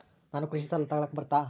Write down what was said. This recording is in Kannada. ನಾನು ಕೃಷಿ ಸಾಲ ತಗಳಕ ಬರುತ್ತಾ?